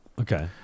Okay